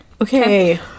Okay